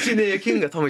čia nejuokinga tomai